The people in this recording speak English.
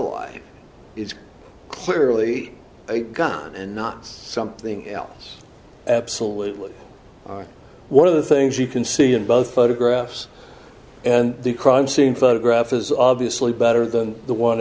it's clearly a gun and not something else absolutely one of the things you can see in both photographs and the crime scene photograph is obviously better than the one